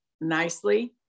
nicely